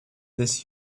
this